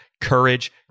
Courage